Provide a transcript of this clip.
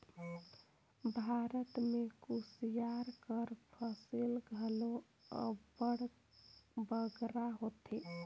भारत में कुसियार कर फसिल घलो अब्बड़ बगरा होथे